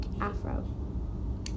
afro